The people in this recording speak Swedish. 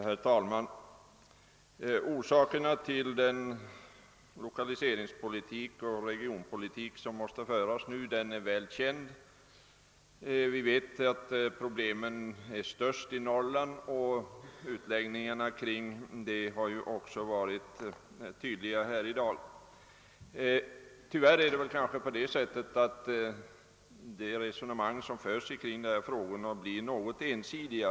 Herr talman! Orsakerna till den lokaliseringsoch regionpolitik som måste föras är väl kända. Vi vet att problemen är störst i Norrland, och det har man ju framhållit tidigare här i dag. Tyvärr blir de resonemang som förs i dessa frågor ganska ensidiga.